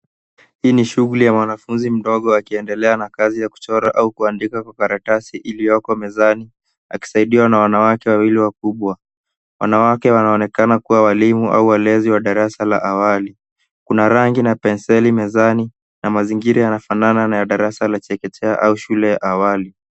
Hii ni shughuli ya mwanafunzi mdogo akiendelea na kazi ya kuchora au kuandika kwa karatasi iliyoko mezani akisaidiwa na wanawake wawili wakubwa. Wanawake wanaonekana kuwa walimu au walezi wa darasa la awali. Kuna rangi na penseli mezani na mazingira yanafanana na darasa la chekechea au shule awali.